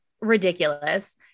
ridiculous